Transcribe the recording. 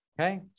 Okay